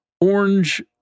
orange